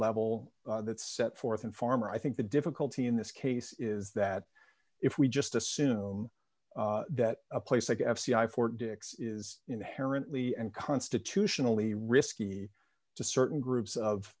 level that set forth in farmer i think the difficulty in this case is that if we just assume that a place like f b i fort dix is inherently and constitutionally risky to certain groups of